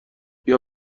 بیا